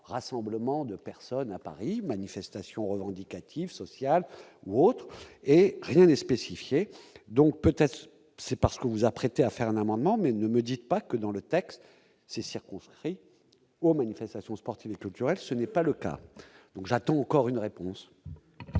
rassemblement de personnes à Paris, manifestation revendicative sociale ou autres et spécifié donc peut-être c'est parce que vous vous apprêtez à faire un amendement mais ne me dites pas que dans le texte, c'est circonscrit aux manifestations sportives, culturelles, ce n'est pas le cas, donc j'attend encore une réponse.